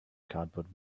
cardboard